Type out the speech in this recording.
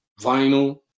vinyl